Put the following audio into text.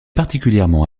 particulièrement